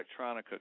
electronica